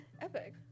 Epic